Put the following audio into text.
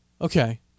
Okay